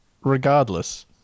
Regardless